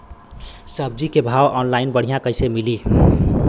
सब्जी के भाव ऑनलाइन बढ़ियां कइसे मिली?